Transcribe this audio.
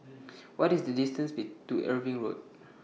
What IS The distance Be to Irving Road